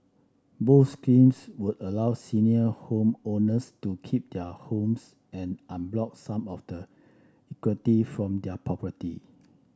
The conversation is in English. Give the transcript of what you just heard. both schemes would allow senior homeowners to keep their homes and unlock some of the equity from their property